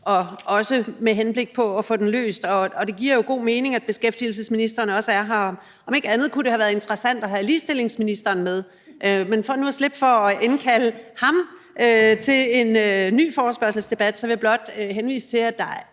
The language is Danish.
op med henblik på at få den løst, og det giver jo god mening, at beskæftigelsesministeren også er her. Om ikke andet kunne det have været interessant også at have ligestillingsministeren med. Men for nu at slippe for at indkalde ham til en ny forespørgselsdebat vil jeg blot henvise til, at det her